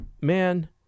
man